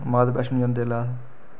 माता वैश्नो जंदे जेल्लै अस